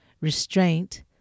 restraint